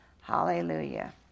Hallelujah